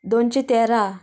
दोनशे तेरा